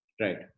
Right